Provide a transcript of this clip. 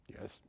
yes